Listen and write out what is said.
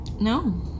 no